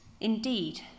Indeed